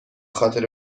خاطر